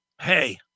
hey